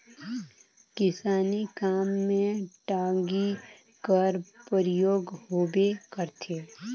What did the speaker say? किसानी काम मे टागी कर परियोग होबे करथे